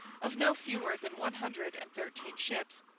of no fewer than one hundred and thirteen ships.